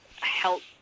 help